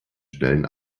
schnellen